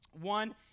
One